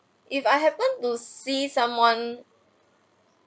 if I happen to see someone